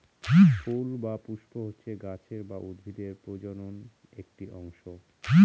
ফুল বা পুস্প হচ্ছে গাছের বা উদ্ভিদের প্রজনন একটি অংশ